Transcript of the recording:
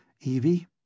Evie